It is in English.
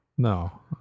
no